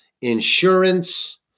insurance